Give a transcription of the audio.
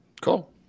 Cool